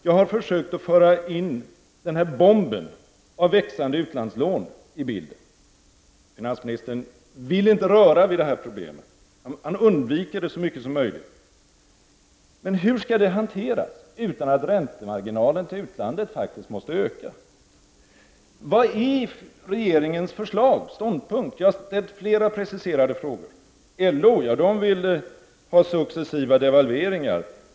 Jag har försökt föra in den här bomben i form av växande utlandslån i bilden, men finansministern vill inte röra vid problemet. Han undviker det så mycket som möjligt. Hur skall det hanteras utan att räntemarginalen till utlandet faktiskt måste öka? Vad är regeringens förslag, dess ståndpunkt? Jag har ställt flera preciserade frågor. LO vill ha successiva devalveringar.